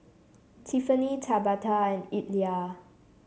Tiffanie Tabatha and Illya